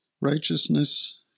Righteousness